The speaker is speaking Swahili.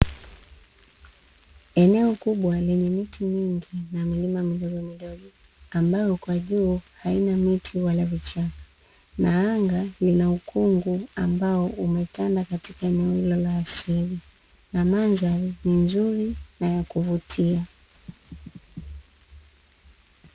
Eneo kubwa lenye miti mingi na milima midogomidogo ambayo kwa juu, haina miti wala vichaka. Na anga lina ukungu ambao umetanda katika eneo hilo la asili na mandhari ni nzuri na yakuvutia.